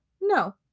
no